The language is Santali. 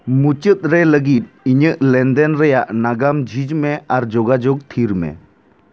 ᱢᱩᱪᱟᱹᱫ ᱨᱮ ᱞᱟᱹᱜᱤᱫ ᱤᱧᱟᱹᱜ ᱞᱮᱱᱫᱮᱱ ᱨᱮᱭᱟᱜ ᱱᱟᱜᱟᱢ ᱡᱷᱤᱡᱽ ᱢᱮ ᱟᱨ ᱡᱳᱜᱟᱡᱳᱜ ᱛᱷᱤᱨ ᱢᱮ